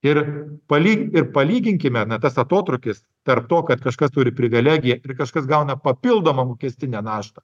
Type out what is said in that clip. ir palį ir palyginkime na tas atotrūkis tarp to kad kažkas turi privilegiją ir kažkas gauna papildomą mokestinę naštą